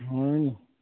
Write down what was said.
হয়নি